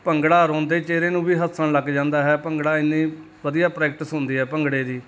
ਭੰਗੜਾ ਰੋਂਦੇ ਚਿਹਰੇ ਨੂੰ ਵੀ ਹੱਸਣ ਲੱਗ ਜਾਂਦਾ ਹੈ ਭੰਗੜਾ ਇੰਨੀ ਵਧੀਆ ਪ੍ਰੈਕਟਿਸ ਹੁੰਦੀ ਆ ਭੰਗੜੇ ਦੀ